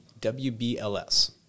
WBLS